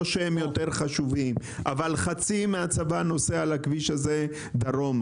שהם יותר חשובים נוסע על הכביש הזה דרומה.